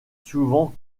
souvent